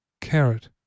carrot